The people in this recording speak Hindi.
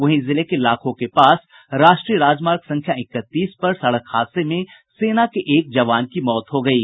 वहीं जिले के लाखो के पास राष्ट्रीय राजमार्ग संख्या इकतीस पर सड़क हादसे में सेना के एक जवान की मौत हो गयी